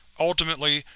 ultimately,